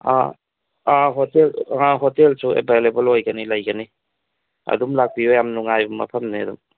ꯑꯥ hotel ꯑꯥ ꯍꯣꯇꯦꯜꯁꯨ available ꯑꯣꯏꯒꯅꯤ ꯂꯩꯒꯅꯤ ꯑꯗꯨꯝ ꯂꯥꯛꯄꯤꯌꯨ ꯌꯥꯝ ꯅꯨꯉꯥꯏꯕ ꯃꯐꯝꯅꯤ ꯑꯗꯨꯝ